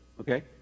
Okay